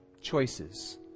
choices